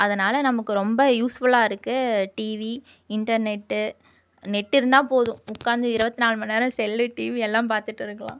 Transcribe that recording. அதனால் நமக்கு ரொம்ப யூஸ்ஃபுல்லாக இருக்குது டிவி இன்டர்நெட்டு நெட்டு இருந்தால் போதும் உட்காந்து இருபத்தி நாலு மணி நேரம் செல்லு டிவியெல்லாம் பார்த்துட்டு இருக்கலாம்